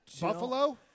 Buffalo